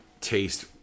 taste